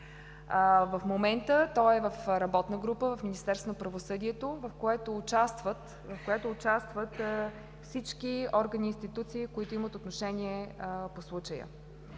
В момента той е в работна група в Министерството на правосъдието, в което участват всички органи и институции, които имат отношение по случая.